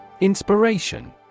Inspiration